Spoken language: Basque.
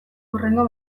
hurrengo